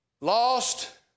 lost